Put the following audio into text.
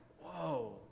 whoa